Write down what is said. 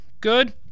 good